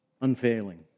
Unfailing